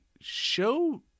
show